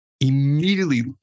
immediately